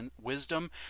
wisdom